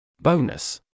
Bonus